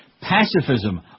pacifism